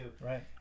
right